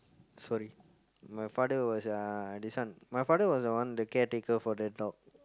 sorry my father was uh this one my father was the one the caretaker for the dog